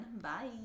bye